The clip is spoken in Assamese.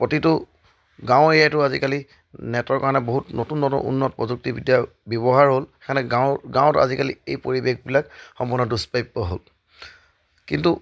প্ৰতিটো গাঁও এৰিয়াতো আজিকালি নেটৰ কাৰণে বহুত নতুন নতুন উন্নত প্ৰযুক্তিবিদ্যা ব্যৱহাৰ হ'ল সেনেকে গাঁৱৰ গাঁৱত আজিকালি এই পৰিৱেশবিলাক সম্পূৰ্ণ দুষ্প্ৰাপ্য হ'ল কিন্তু